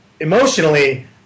emotionally